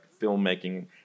filmmaking